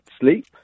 sleep